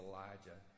Elijah